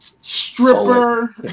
stripper